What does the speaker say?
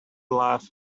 laugh